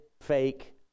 fake